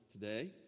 today